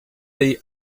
they